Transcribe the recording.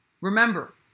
remember